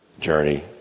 journey